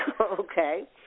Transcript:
okay